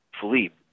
Philippe